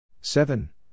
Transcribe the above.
Seven